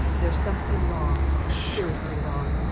there's something wrong seriously wrong.